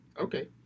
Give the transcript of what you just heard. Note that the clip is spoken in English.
Okay